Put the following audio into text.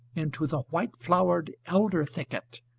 into the white-flower'd elder-thicket,